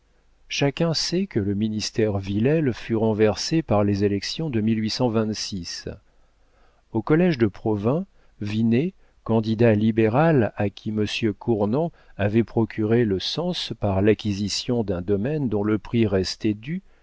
chacun sait que le ministère villèle fut renversé par les élections de au collége de provins vinet candidat libéral à qui monsieur cournant avait procuré le cens par l'acquisition d'un domaine dont le prix restait dû